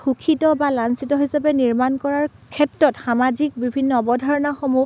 শোষিত বা লাঞ্চিত হিচাপে নিৰ্মাণ কৰাৰ ক্ষেত্ৰত সামাজিক বিভিন্ন অৱধাৰণাসমূহ